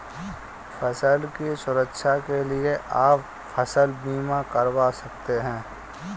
फसल की सुरक्षा के लिए आप फसल बीमा करवा सकते है